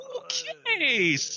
okay